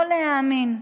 לא להאמין.